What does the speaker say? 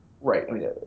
Right